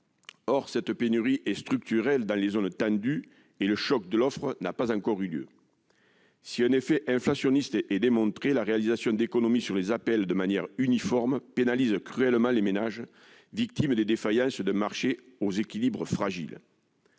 Or cette pénurie est structurelle dans les zones tendues, et le choc de l'offre n'a pas encore eu lieu. Si un effet inflationniste est démontré, la réalisation d'économies sur les APL de manière uniforme pénalise cruellement les ménages victimes des défaillances d'un marché aux équilibres fragiles.